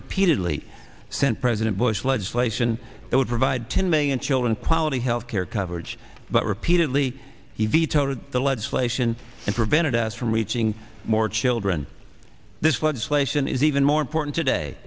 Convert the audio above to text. repeatedly sent president bush legislation that would provide ten million children quality health care coverage but repeatedly he vetoed the legislation and prevented us from reaching more children this legislation is even more important today